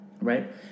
right